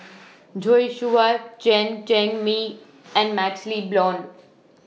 Joi Chua Chen Cheng Mei and MaxLe Blond